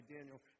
Daniel